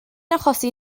achosi